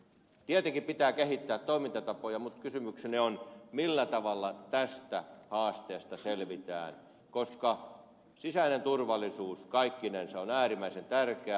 tietenkin pitää kehittää toimintatapoja mutta kysymykseni on millä tavalla tästä haasteesta selvitään koska sisäinen turvallisuus kaikkinensa on äärimmäisen tärkeää